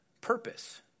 purpose